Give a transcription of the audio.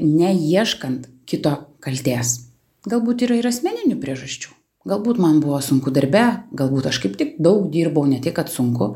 neieškant kito kaltės galbūt yra ir asmeninių priežasčių galbūt man buvo sunku darbe galbūt aš kaip tik daug dirbau ne tik kad sunku